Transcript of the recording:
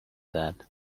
that